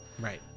Right